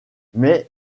mais